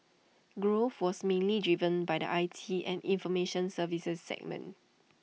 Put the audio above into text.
growth was mainly driven by the I T and information services segment